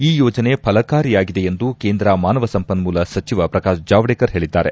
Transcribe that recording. ಈ ಯೋಜನೆ ಫಲಕಾರಿಯಾಗಿದೆ ಎಂದು ಕೇಂದ್ರ ಮಾನವ ಸಂಪನ್ನೂಲ ಸಚಿವ ಪ್ರಕಾಶ್ ಜಾವಡೇಕರ್ ಹೇಳಿದ್ದಾರೆ